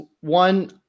one